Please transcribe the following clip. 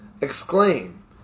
exclaim